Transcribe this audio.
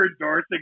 endorsing